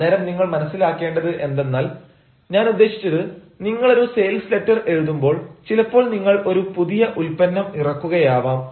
അന്നേരം നിങ്ങൾ മനസ്സിലാക്കേണ്ടത് എന്തെന്നാൽ ഞാൻ ഉദ്ദേശിച്ചത് നിങ്ങൾ ഒരു സെയിൽസ് ലെറ്റർ എഴുതുമ്പോൾ ചിലപ്പോൾ നിങ്ങൾ ഒരു പുതിയ ഉൽപ്പന്നം ഇറക്കുകയാവാം